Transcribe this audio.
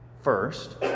first